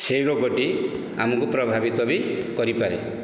ସେହି ରୋଗଟି ଆମକୁ ପ୍ରଭାବିତ ବି କରିପାରେ